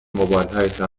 موبایلهایتان